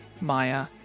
Maya